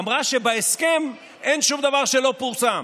אמרה שבהסכם אין שום דבר שלא פורסם.